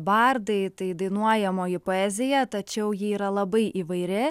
bardai tai dainuojamoji poezija tačiau ji yra labai įvairi